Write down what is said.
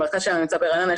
המרכז שלנו נמצא ברעננה,